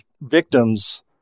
victims